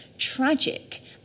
tragic